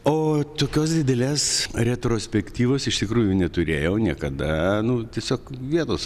o tokios didelės retrospektyvos iš tikrųjų neturėjau niekada nu tiesiog vietos